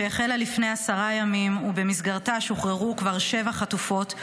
שהחלה לפני עשרה ימים ובמסגרתה שוחררו כבר שבע חטופות,